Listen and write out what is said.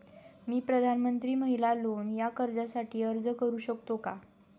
मी प्रधानमंत्री महिला लोन या कर्जासाठी अर्ज करू शकतो का?